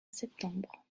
septembre